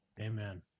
Amen